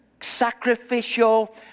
sacrificial